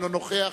אינו נוכח,